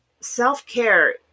Self-care